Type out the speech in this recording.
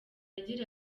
agira